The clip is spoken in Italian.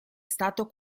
stato